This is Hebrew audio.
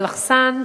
בלחסן,